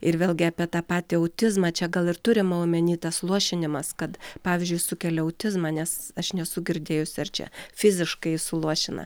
ir vėlgi apie tą patį autizmą čia gal ir turima omeny tas luošinimas kad pavyzdžiui sukelia autizmą nes aš nesu girdėjusi ar čia fiziškai suluošina